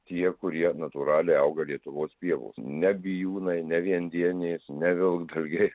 tie kurie natūraliai auga lietuvos pievų ne bijūnai ne viendienės ne vilkdalgiai